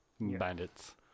bandits